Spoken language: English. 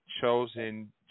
chosen